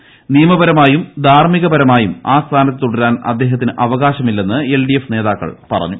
ന്നിയമപരമായും ധാർമികപരമായും ആ സ്ഥാനത്ത് തുടരാൻ അദ്ദേഹ്ത്തിന് അവകാശമില്ലെന്ന് എൽ ഡി എഫ് നേതാക്കൾ പറഞ്ഞു